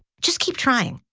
just keep trying.